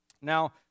Now